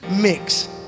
mix